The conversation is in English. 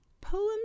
Poems